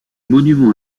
monuments